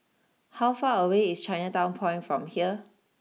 how far away is Chinatown Point from here